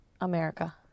america